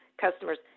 customers